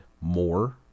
more